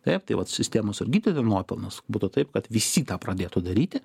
taip tai vat sistemos ir gydyto nuopelnas būtų taip kad visi tą pradėtų daryti